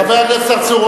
חבר הכנסת צרצור,